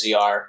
CR